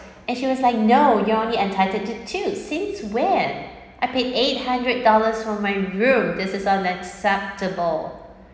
and she was like no you're only entitled to two since when I paid eight hundred dollars for my room this is unacceptable